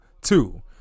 two